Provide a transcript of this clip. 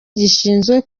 gishinzwe